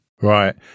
Right